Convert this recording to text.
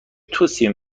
توصیه